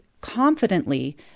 confidently